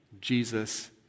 Jesus